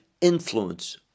influence